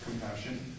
compassion